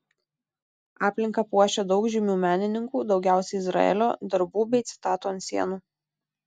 aplinką puošia daug žymių menininkų daugiausiai izraelio darbų bei citatų ant sienų